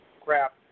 crap